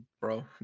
bro